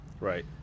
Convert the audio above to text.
right